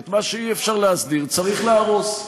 מה שאי-אפשר להסדיר צריך להרוס.